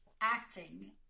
acting